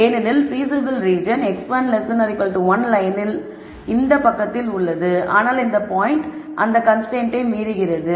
ஏனெனில் பீசிபில் region x1 1 லயனின் இந்த பக்கத்தில் உள்ளது ஆனால் இந்த பாயிண்ட் இந்த கன்ஸ்ரைன்ட்டை மீறுகிறது